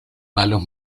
malos